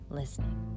listening